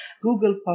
Google